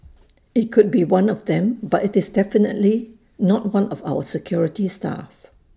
IT could be one of them but it's definitely not one of our security staff